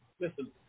listen